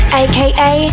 aka